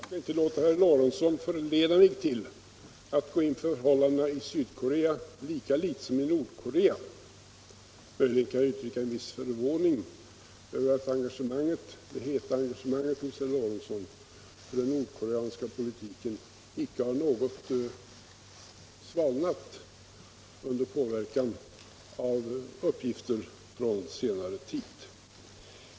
Herr talman! Jag skall inte låta herr Lorentzon förleda mig till att gå in på förhållandena i Sydkorca lika litet som i Nordkorea. Möjligen kan jag uttrycka en viss förvåning över att herr Lorentzons heta engagemang för den nordkoreanska politiken inte har svalnat något under påverkan av uppgifter från senare tid.